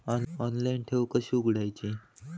Online ठेव कशी उघडायची?